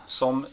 som